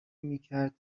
میکرد